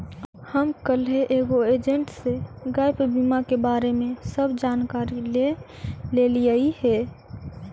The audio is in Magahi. हम कलहे एगो एजेंट से गैप बीमा के बारे में सब जानकारी ले लेलीअई हे